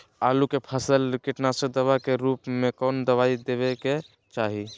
आलू के फसल में कीटनाशक दवा के रूप में कौन दवाई देवे के चाहि?